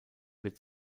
wird